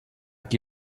qui